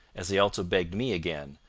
as he also begged me again,